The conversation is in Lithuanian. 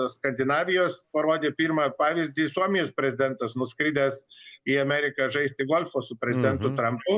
skandinavijos parodė pirmą pavyzdį suomijos prezidentas nuskridęs į ameriką žaisti golfo su prezidentu trampu